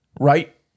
right